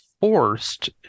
forced